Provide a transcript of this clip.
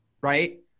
right